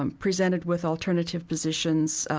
um presented with alternative positions,